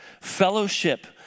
Fellowship